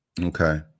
Okay